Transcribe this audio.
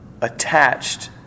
attached